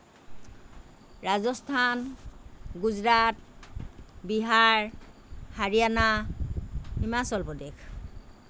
Rajasthan Gujarat Bihar Haryana Himachal Pradesh